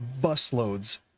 busloads